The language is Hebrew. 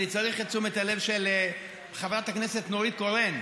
אני צריך את תשומת הלב של חברת הכנסת נורית קורן.